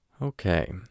Okay